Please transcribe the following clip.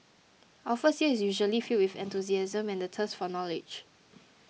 our first year is usually filled with enthusiasm and the thirst for knowledge